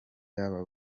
y’aba